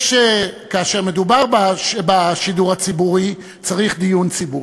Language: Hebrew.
כאשר מדובר בשידור הציבורי צריך דיון ציבורי,